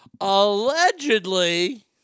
Allegedly